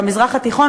במזרח התיכון,